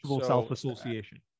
Self-association